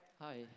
Hi